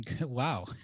wow